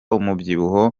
umubyibuho